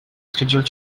scheduled